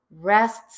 rests